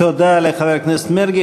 תודה לחבר הכנסת מרגי.